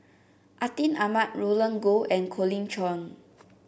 Atin Amat Roland Goh and Colin Cheong